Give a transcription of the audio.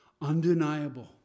Undeniable